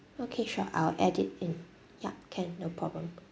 okay sure I'll add it in yup can no problem